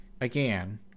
again